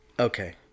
Okay